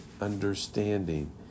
understanding